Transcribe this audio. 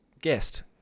guest